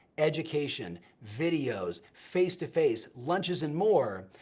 education, videos, face-to-face lunches and more,